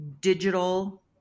digital